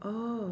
oh